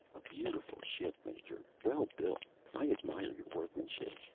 a beautiful ship, major. well built. i admire your workmanship.